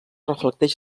reflecteix